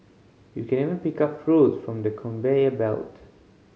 you can even pick up fruits from the conveyor belt